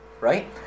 Right